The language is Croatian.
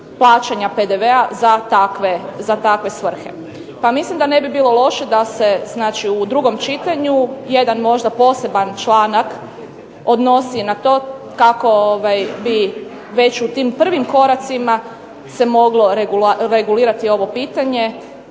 plaćanja PDV-a za takve svrhe. Pa mislim da ne bi bilo loše da se znači u drugom čitanju jedan možda poseban članak odnosi na to kako bi već u tim prvim koracima se moglo regulirati ovo pitanje